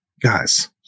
guys